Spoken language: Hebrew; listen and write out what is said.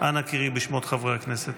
אנא קראי בשמות חברי הכנסת.